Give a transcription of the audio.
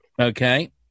okay